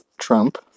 Trump